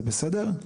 זה בסדר?